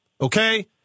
okay